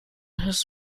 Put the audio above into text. his